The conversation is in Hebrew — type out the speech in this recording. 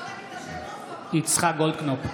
יצחק גולדקנופ,